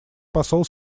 посол